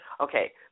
Okay